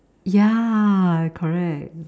ya correct